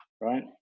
right